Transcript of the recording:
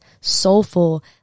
soulful